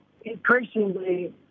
increasingly